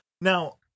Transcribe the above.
Now